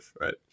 right